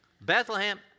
Bethlehem